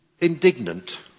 Indignant